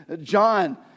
John